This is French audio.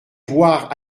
voir